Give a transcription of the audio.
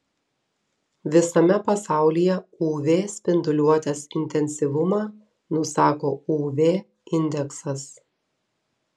visame pasaulyje uv spinduliuotės intensyvumą nusako uv indeksas